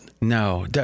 No